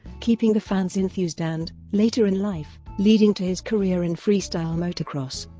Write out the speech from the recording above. keeping the fans enthused and, later in life, leading to his career in freestyle motocross.